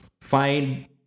Find